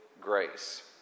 grace